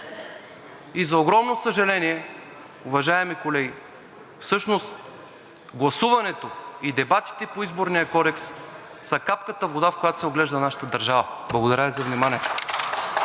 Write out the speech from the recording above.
И за огромно съжаление, уважаеми колеги, всъщност гласуването и дебатите по Изборния кодекс са капката вода, в която се оглежда нашата държава. Благодаря Ви за вниманието.